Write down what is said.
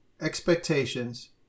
expectations